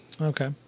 Okay